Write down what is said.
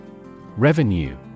Revenue